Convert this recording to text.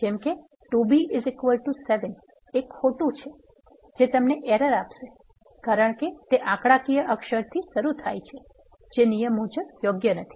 જેમ કે 2b 7 ખોટુ છે જે તમને એરર આપશે કારણ કે તે આંકડાકીય અક્ષરથી શરૂ થાય છે જે નિયમ મુજબ યોગ્ય નથી